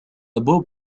بوب